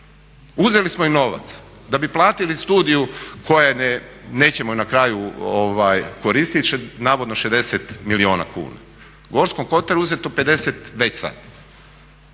Uzeli smo im novac da bi platili studiju koju nećemo na kraju koristiti, navodno 60 milijuna kuna. Gorskom kotaru je uzeto 50 već sad.